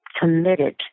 committed